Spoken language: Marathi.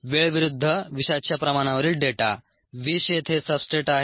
वेळ विरुद्ध विषाच्या प्रमाणावरील डेटा विष येथे सब्सट्रेट आहे